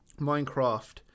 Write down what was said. Minecraft